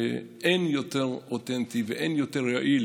אין יותר אותנטי ואין יותר יעיל